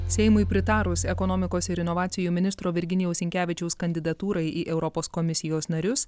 seimui pritarus ekonomikos ir inovacijų ministro virginijaus sinkevičiaus kandidatūrai į europos komisijos narius